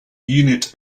unit